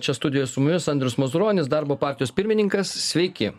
čia studijoj su mumis andrius mazuronis darbo partijos pirmininkas sveiki